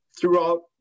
throughout